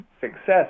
success